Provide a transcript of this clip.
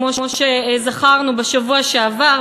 כמו שזכרנו בשבוע שעבר,